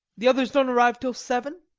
the others don't arrive till seven?